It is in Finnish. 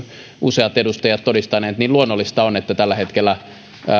useat edustajat todistaneet että luonnollista on että tällä hetkellä